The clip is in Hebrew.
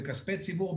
בכספי ציבור,